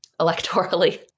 electorally